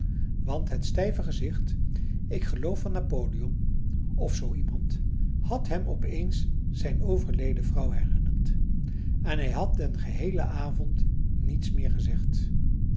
want het stijve gezicht ik geloof van napoleon of zoo iemand had hem op eens zijn overleden vrouw herinnerd en hij had den geheelen avond niets meer gezegd